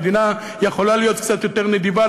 המדינה יכולה להיות קצת יותר נדיבה.